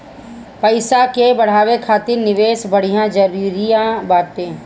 पईसा के बढ़ावे खातिर निवेश बढ़िया जरिया बाटे